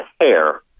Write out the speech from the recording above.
hair